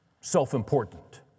self-important